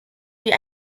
wie